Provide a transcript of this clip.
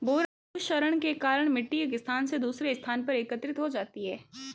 भूक्षरण के कारण मिटटी एक स्थान से दूसरे स्थान पर एकत्रित हो जाती है